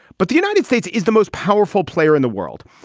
but the united states is the most powerful player in the world.